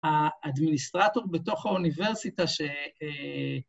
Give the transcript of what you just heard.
‫האדמיניסטרטור בתוך האוניברסיטה ש...